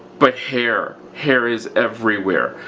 but hair, hair is everywhere.